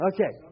Okay